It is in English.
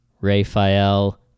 Raphael